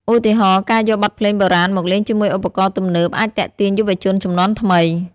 ឧទាហរណ៍ ការយកបទភ្លេងបុរាណមកលេងជាមួយឧបករណ៍ទំនើបអាចទាក់ទាញយុវជនជំនាន់ថ្មី។